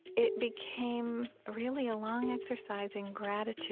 it became really a long exercise in gratitude